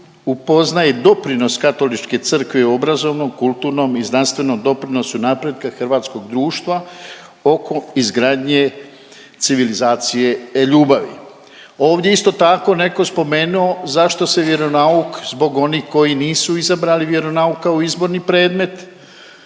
upoznaje doprinos Katoličke crkve u obrazovnom, kulturnom i znanstvenom doprinosu napretka hrvatskog društva oko izgradnje civilizacije ljubavi. Ovdje je isto tako neko spomenuo zašto se vjeronauk zbog onih koji nisu izabrali vjeronauk kao izborni predmet,